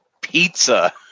pizza